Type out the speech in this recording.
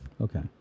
Okay